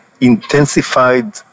intensified